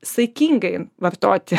saikingai vartoti